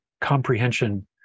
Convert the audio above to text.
comprehension